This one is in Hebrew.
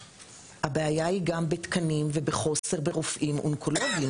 אבל הבעיה היא גם מחסור בתקנים וחוסר ברופאים אונקולוגיים,